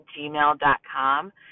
gmail.com